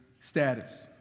status